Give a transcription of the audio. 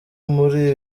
muri